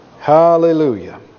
Hallelujah